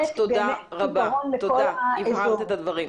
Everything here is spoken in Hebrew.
רבה, הבהרת את הדברים.